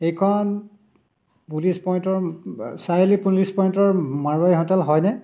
এইখন পুলিচ পইণ্টৰ চাৰিআলি পুলিচ পইণ্টৰ মাৰোৱাৰী হোটেল হয়নে